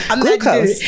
glucose